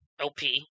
LP